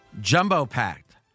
jumbo-packed